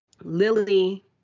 Lily